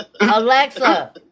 Alexa